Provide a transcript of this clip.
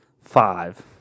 Five